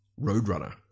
Roadrunner